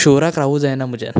शिवराक रावूंक जायना म्हज्यान